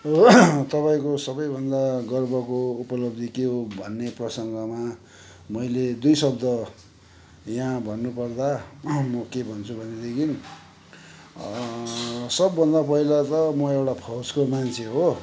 तपाईँको सबैभन्दा गर्वको उपलब्धि के हो भन्ने प्रसङ्गमा मैले दुई शब्द यहाँ भन्नुपर्दा म के भन्छु भनेदेखिन सबभन्दा पहिला त म एउटा फौजको मान्छे हो